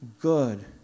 Good